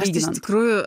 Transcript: visgi iš tikrųjų